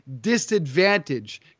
disadvantage